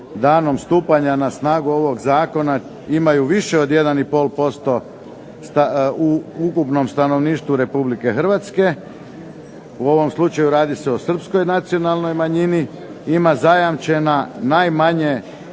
danom stupanja na snagu ovog zakona imaju više od 1,5% u ukupnom stanovništvu RH, u ovom slučaju radi se o srpskoj nacionalnoj manjini, ima zajamčena najmanje